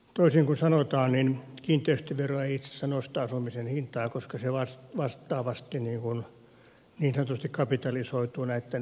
toisin kuin sanotaan kiinteistövero ei itse asiassa nosta asumisen hintaa koska se vastaavasti niin sanotusti kapitalisoituu näitten asuntojen myyntihintaan